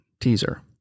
teaser